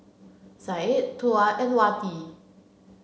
Syed Tuah and Wati